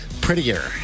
Prettier